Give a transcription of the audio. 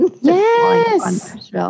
Yes